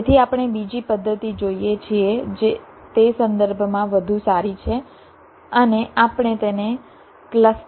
તેથી આપણે બીજી પદ્ધતિ જોઈએ છીએ જે તે સંદર્ભમાં વધુ સારી છે અને આપણે તેને ક્લસ્ટર ગ્રોથ કહીએ છીએ